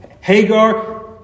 Hagar